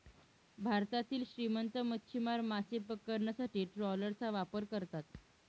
भारतातील श्रीमंत मच्छीमार मासे पकडण्यासाठी ट्रॉलरचा वापर करतात